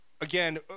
again